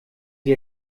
sie